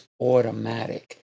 automatic